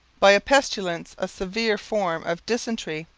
by a pestilence, a severe form of dysentery,